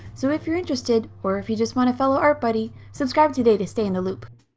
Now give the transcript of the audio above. so if you're interested, or if you just want a fellow art buddy, subscribe today to stay in the loop.